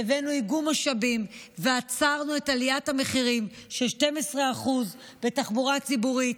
שהבאנו איגום משאבים ועצרנו את עליית המחירים של 12% בתחבורה הציבורית,